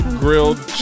grilled